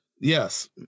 yes